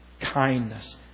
kindness